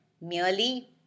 Merely